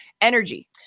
energy